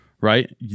right